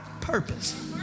purpose